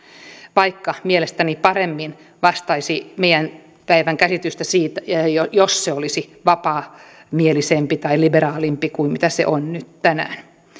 vaikka se mielestäni paremmin vastaisi meidän tämän päivän käsitystä jos se olisi vapaamielisempi tai liberaalimpi kuin se on nyt tänään